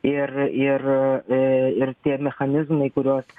ir ir ir tie mechanizmai kuriuos